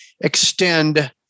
extend